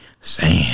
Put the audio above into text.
Sam